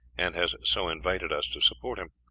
and has so invited us to support him.